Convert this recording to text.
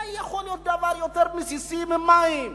מה יכול להיות דבר יותר בסיסי ממים?